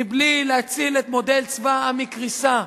מבלי להציל את מודל צבא העם מקריסה,